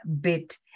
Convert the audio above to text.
bit